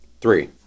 Three